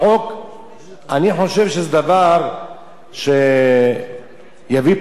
אני חושב שזה דבר שיביא פה אלפי תביעות,